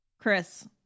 Chris